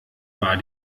war